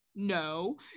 No